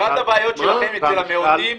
אחת הבעיות שאצל המיעוטים,